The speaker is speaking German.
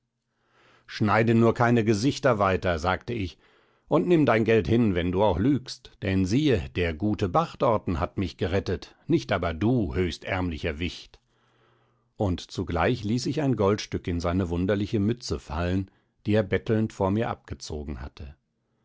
schneide nur keine gesichter weiter sagte ich und nimm dein geld hin wenn du auch lügst denn siehe der gute bach dorten hat mich gerettet nicht aber du höchst ärmlicher wicht und zugleich ließ ich ein goldstück in seine wunderliche mütze fallen die er bettelnd vor mir abgezogen hatte